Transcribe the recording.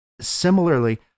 similarly